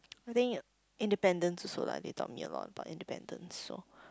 I think independence also lah they taught me a lot about independence so